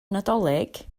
nadolig